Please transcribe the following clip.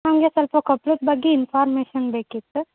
ನನಗೆ ಸ್ವಲ್ಪ ಕೊಪ್ಪಳದ ಬಗ್ಗೆ ಇನ್ಫಾರ್ಮೇಷನ್ ಬೇಕಿತ್ತು